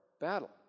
battle